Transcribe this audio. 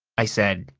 i said,